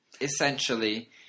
essentially